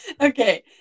Okay